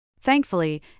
Thankfully